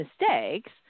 mistakes